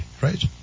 right